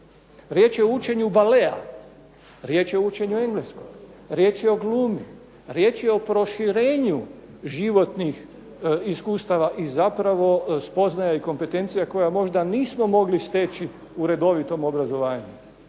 se ne razumije./…, riječ je o učenju engleskog, riječ je o glumi, riječ je o proširenju životnih iskustava i zapravo spoznaja i kompetencija koja možda nismo mogli steći u redovitom obrazovanju,